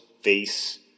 face